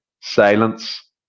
silence